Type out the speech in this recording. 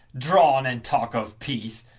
drawn, and talk of peace!